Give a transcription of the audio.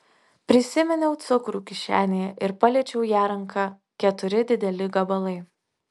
prisiminiau cukrų kišenėje ir paliečiau ją ranka keturi dideli gabalai